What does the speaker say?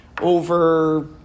over